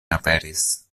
aperis